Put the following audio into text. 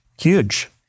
Huge